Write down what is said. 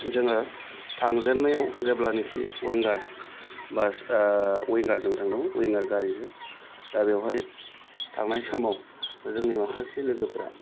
जोङो थांजेन्नायाव जेब्लानाखि विंगार बास विंगारजों थांदोमोन विंगार गारिजों दा बेवहाय थांनाय समाव जोंनि माखासे लोगोफ्रा